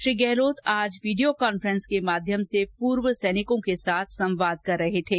श्री गहलोत आज video conference को माध्यम से पूर्व सैनिकों के साथ संवाद कर रहे थे